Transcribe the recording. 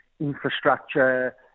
infrastructure